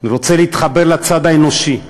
אני רוצה להתחבר לצד האנושי.